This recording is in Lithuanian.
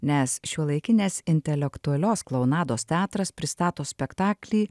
nes šiuolaikinės intelektualios klounados teatras pristato spektaklį